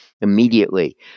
immediately